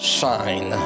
sign